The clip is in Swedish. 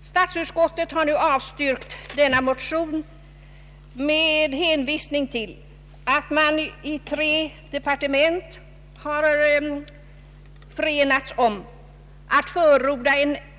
Statsutskottet har avstyrkt motionen med hänvisning till att tre departement har enats om att förorda,